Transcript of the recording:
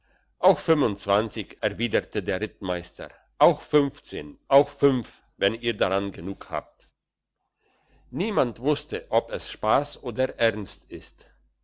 auch fünfundzwanzig erwiderte der rittmeister auch fünfzehn auch fünf wenn ihr daran genug habt niemand wusste ob es spass oder ernst ist